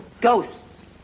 Ghosts